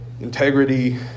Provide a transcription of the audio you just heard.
integrity